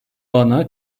bana